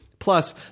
Plus